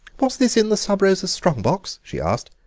was this in the sub-rosa's strong-box? she asked.